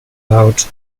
about